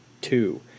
Two